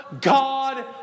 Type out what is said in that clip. God